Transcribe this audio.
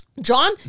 John